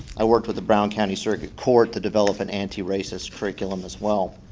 i worked with the brown county circuit court to develop an antiracist curriculum as well.